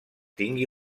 tingui